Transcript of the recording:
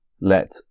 Let